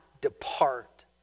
depart